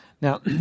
Now